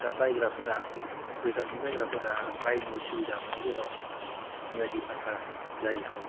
दा बायग्राफोरा गोजाननि बायग्राफोरा बायनो असुबिदा मोनो जेराव मियादि फात्ता जायैखौ